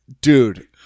dude